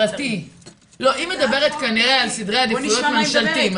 היא מדברת כנראה על סדרי עדיפויות בממשלתי.